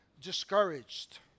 discouraged